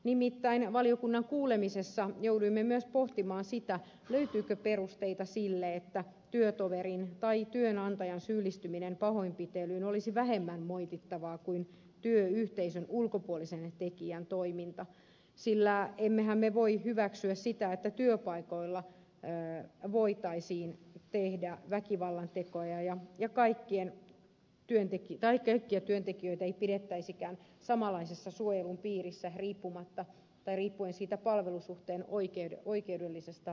nimittäin valiokunnan kuulemisessa jouduimme myös pohtimaan sitä löytyykö perusteita sille että työtoverin tai työnantajan syyllistyminen pahoinpitelyyn olisi vähemmän moitittavaa kuin työyhteisön ulkopuolisen tekijän toiminta sillä emmehän me voi hyväksyä sitä että työpaikoilla voitaisiin tehdä väkivallantekoja tai kaikkia työntekijöitä ei pidettäisikään samanlaisessa suojelun piirissä riippuen palvelussuhteen oikeudellisesta luonteesta